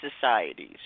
societies